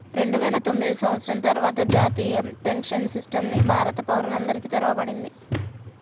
రెండువేల తొమ్మిది సంవత్సరం తర్వాత జాతీయ పెన్షన్ సిస్టమ్ ని భారత పౌరులందరికీ తెరవబడింది